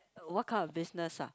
what kind of business ah